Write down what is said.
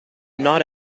not